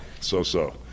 So-so